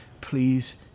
please